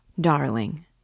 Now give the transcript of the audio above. Darling